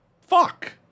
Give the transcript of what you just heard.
Fuck